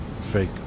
fake